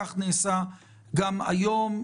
כך נעשה גם היום.